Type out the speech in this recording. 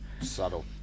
subtle